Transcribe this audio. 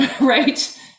right